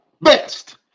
Best